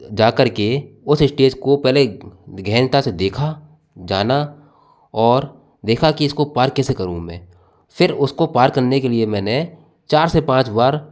जाकर के उस स्टेज को पहले गहनता से देखा जाना और देखा कि इसको पार कैसे करूँ मैं फिर उसको पार करने के लिए मैंने चार से पाँच बार